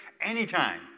anytime